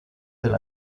del